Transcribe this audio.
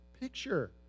picture